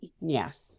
Yes